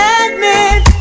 admit